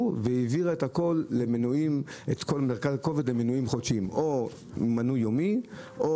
והעבירה את מרכז הכובד למנויים חודשיים או מנוי יומי או